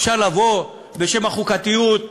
אפשר לבוא בשם החוקתיות,